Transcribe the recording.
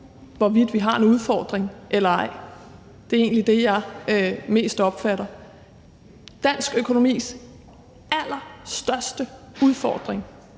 hvorvidt vi har en udfordring eller ej. Det er egentlig det, jeg mest opfatter. Dansk økonomis allerstørste udfordring